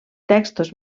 textos